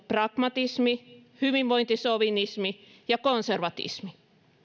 pragmatismi hyvinvointisovinismi ja konservatismi